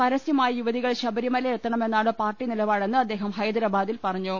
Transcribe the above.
പരസൃമായി യുവതികൾ ശബരിമലയിലെത്തണമെന്നാണ് പാർട്ടി നിലപാടെന്ന് അദ്ദേഹം ഹൈദരാബാദിൽ പറഞ്ഞു